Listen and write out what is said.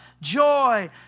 joy